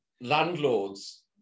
Landlords